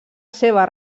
seva